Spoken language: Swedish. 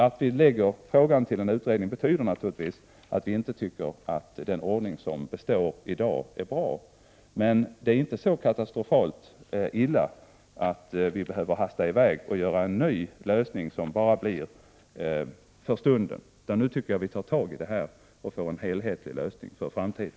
Att vi hänvisar frågan till en utredning betyder naturligtvis att vi tycker att den ordning som gäller i dag inte är bra. Men läget är inte så katastrofalt att vi måste hasta fram en ny lösning för stunden. I stället tycker jag att vi nu skall ta tag i problemet i syfte att åstadkomma en enhetlig lösning för framtiden.